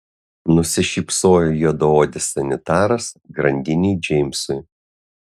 nusišypsojo juodaodis sanitaras grandiniui džeimsui